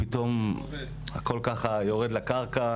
ופתאום הכול יורד לקרקע.